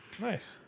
Nice